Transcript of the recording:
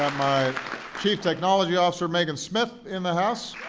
um my chief technology officer megan smith in the house.